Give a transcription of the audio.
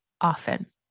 often